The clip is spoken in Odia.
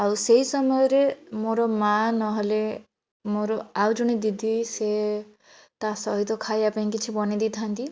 ଆଉ ସେଇ ସମୟରେ ମୋର ମାଆ ନହେଲେ ମୋର ଆଉ ଜଣେ ଦିଦି ସେ ତା'ସହିତ ଖାଇଆ ପାଇଁ କିଛି ବନାଇ ଦେଇଥାନ୍ତି